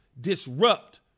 disrupt